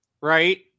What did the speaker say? right